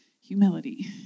humility